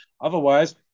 Otherwise